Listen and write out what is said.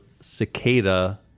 cicada